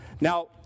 Now